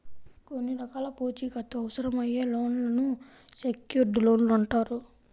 కొన్ని రకాల పూచీకత్తు అవసరమయ్యే లోన్లను సెక్యూర్డ్ లోన్లు అంటారు